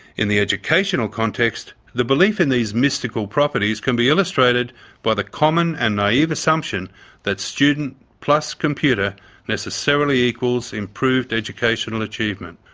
in the educational context, the belief in these mystical properties can be illustrated by the common and naive assumption that student plus computer necessarily equals improved educational achievement.